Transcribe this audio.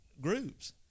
groups